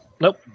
Nope